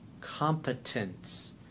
competence